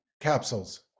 capsules